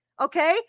Okay